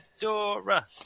Dora